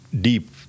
deep